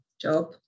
job